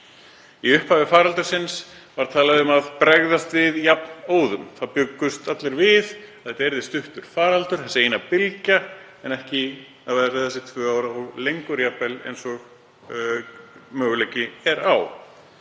Í upphafi faraldursins var talað um að bregðast við jafnóðum. Það bjuggust allir við að þetta yrði stuttur faraldur, þessi eina bylgja, en ekki að það yrðu þessi tvö ár og lengur jafnvel, eins og möguleiki er á.